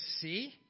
see